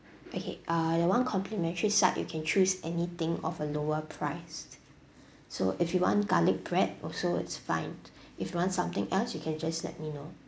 okay uh the one complimentary sides you can choose anything of a lower priced so if you want garlic bread also it's fine if you want something else you can just let me know